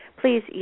please